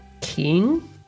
King